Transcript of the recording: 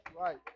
right